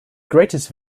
greatest